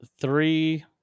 three